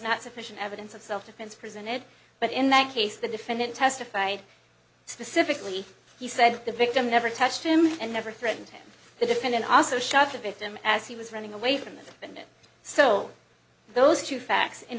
not sufficient evidence of self defense presented but in that case the defendant testified specifically he said the victim never touched him and never threatened him the defendant also shot the victim as he was running away from the bandit so those two facts in